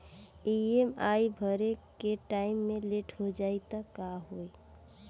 EMI भरे के time मे लेट हो जायी त का होई?